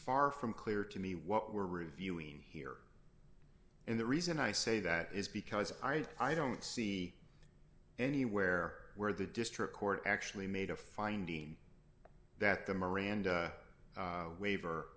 far from clear to me what we're reviewing here and the reason i say that is because i i don't see anywhere where the district court actually made a finding that the miranda waiver